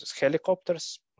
helicopters